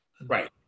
Right